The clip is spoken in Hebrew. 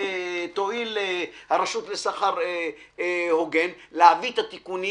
תואיל הרשות להגנת הצרכן ולסחר הוגן להביא את התיקונים